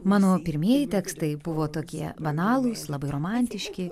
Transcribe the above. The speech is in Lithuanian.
mano pirmieji tekstai buvo tokie banalūs labai romantiški